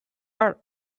are